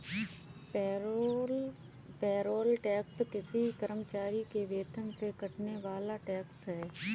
payroll tax किसी कर्मचारी के वेतन से कटने वाला टैक्स है